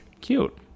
Cute